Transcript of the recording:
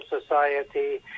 society